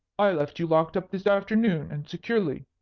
i left you locked up this afternoon, and securely.